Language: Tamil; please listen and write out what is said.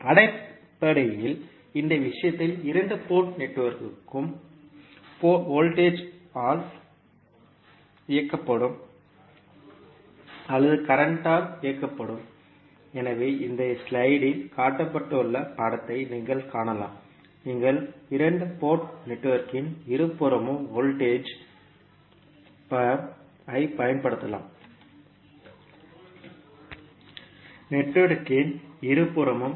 அடிப்படையில் இந்த விஷயத்தில் இரண்டு போர்ட் நெட்வொர்க்கும் வோல்டேஜ் ஆல் இயக்கப்படும் அல்லது கரண்ட் இயக்கப்படும் எனவே இந்த ஸ்லைடில் காட்டப்பட்டுள்ள படத்தை நீங்கள் காணலாம் நீங்கள் இரண்டு போர்ட் நெட்வொர்க்கின் இருபுறமும் வோல்டேஜ் ஐ பயன்படுத்தலாம் அல்லது கரண்ட் சோர்ஸ் ஐ பயன்படுத்தலாம் நெட்வொர்க்கின் இருபுறமும்